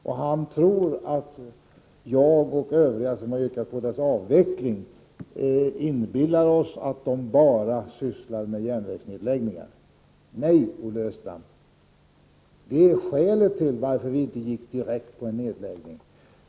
Olle Östrand tror att jag och andra som yrkat på transportrådets avveckling inbillar oss att rådet bara sysslar med järnvägsnedläggningar. Nej, Olle Östrand. Det är skälet till att vi inte direkt föreslog en nedläggning.